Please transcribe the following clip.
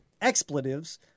expletives